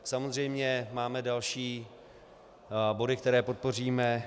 Samozřejmě máme další body, které podpoříme.